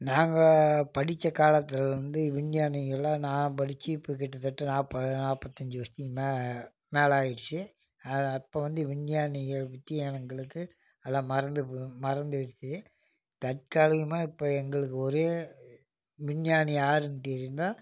நாங்கள் படித்த காலத்தில் வந்து விஞ்ஞானிகளெலாம் நான் படித்து இப்போ கிட்டத்தட்ட நாற்பது நாற்பத்தஞ்சி வருஷத்துக்கு மே மேலே ஆகிடுச்சி அப்போ வந்து விஞ்ஞானிகள் பற்றி எங்களுக்கு எல்லாம் மறந்து போ மறந்துடுச்சு தற்காலிகமாக இப்போ எங்களுக்கு ஒரே விஞ்ஞானி யாருன்னு தெரியுனால்